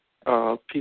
people